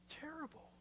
terrible